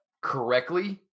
correctly